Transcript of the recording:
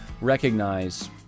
recognize